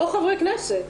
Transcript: לא חברי כנסת,